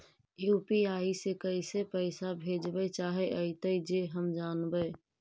UPI से कैसे पैसा भेजबय चाहें अइतय जे हम जानबय?